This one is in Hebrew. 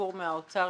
הציבור מהאוצר